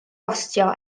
bostio